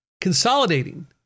consolidating